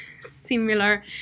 similar